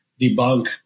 debunk